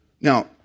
Now